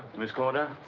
miss corder?